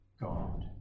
God